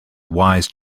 wise